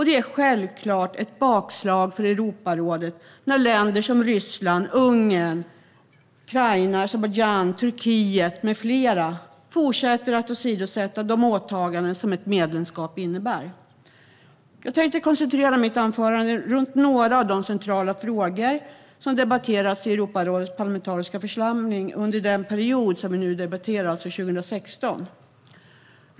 Det är självklart ett bakslag för Europarådet när länder som Ryssland, Ungern, Ukraina, Azerbajdzjan, Turkiet med flera fortsätter att åsidosätta de åtaganden som ett medlemskap innebär. Jag tänkte koncentrera mitt anförande på några av de centrala frågor som har debatterats i Europarådets parlamentariska församling under den period som vi nu debatterar, alltså 2016.